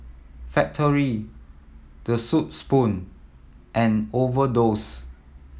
Factorie The Soup Spoon and Overdose